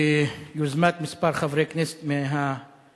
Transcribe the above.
ביוזמת כמה חברי כנסת מהימין,